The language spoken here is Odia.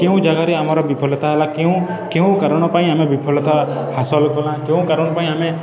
କେଉଁ ଜାଗାରେ ଆମର ବିଫଲତା ହେଲା କେଉଁ କେଉଁ କାରଣ ପାଇଁ ଆମେ ବିଫଲତା ହାସଲ କଲା କେଉଁ କାରଣ ପାଇଁ ଆମେ